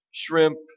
shrimp